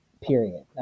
period